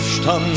stand